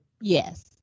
Yes